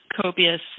copious